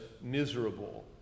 miserable